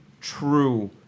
true